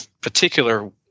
particular